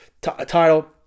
title